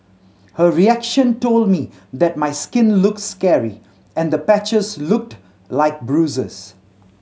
her reaction told me that my skin looks scary and the patches looked like bruises